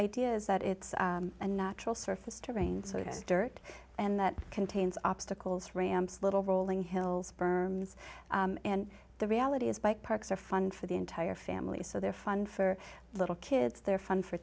idea is that it's a natural surface terrain so it has dirt and that contains obstacles ramps little rolling hills berms and the reality is bike parks are fun for the entire family so they're fun for little kids they're fun for